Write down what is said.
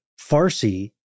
Farsi